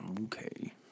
Okay